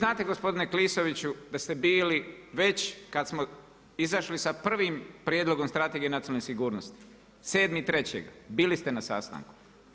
Vi znate gospodine Klisoviću da ste bili već kad smo izašli sa prvim prijedlogom Strategije nacionalne sigurnosti 7.3. bili ste na sastanku.